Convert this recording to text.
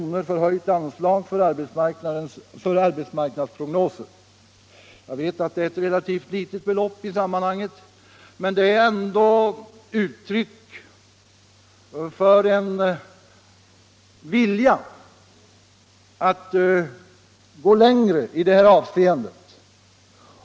förhöjt anslag för arbetsmarknadsprognoser. Jag vet att det är ett relativt litet belopp i sammanhanget, men det är ändå ett uttryck för en vilja att gå längre i det här avseendet.